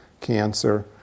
cancer